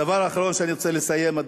הדבר האחרון שאני רוצה לסיים בו,